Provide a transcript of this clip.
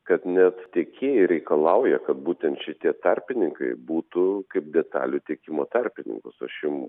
kad net tiekėjai reikalauja kad būtent šitie tarpininkai būtų kaip detalių tiekimo tarpininkus aš jums